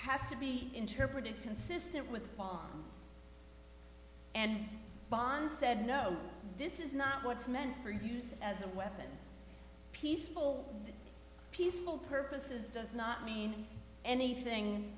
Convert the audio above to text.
has to be interpreted consistent with and bond said no this is not what it's meant for use as a weapon peaceful peaceful purposes does not mean anything